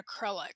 acrylic